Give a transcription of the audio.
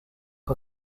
que